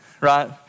Right